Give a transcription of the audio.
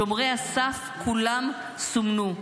שומרי הסף כולם סומנו,